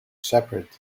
shepherd